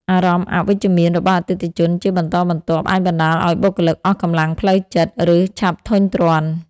អារម្មណ៍អវិជ្ជមានរបស់អតិថិជនជាបន្តបន្ទាប់អាចបណ្ដាលឱ្យបុគ្គលិកអស់កម្លាំងផ្លូវចិត្ត ឬឆាប់ធុញទ្រាន់។